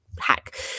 hack